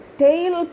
tail